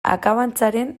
akabantzaren